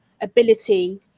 ability